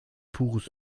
pures